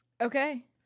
Okay